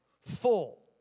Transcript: full